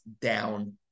down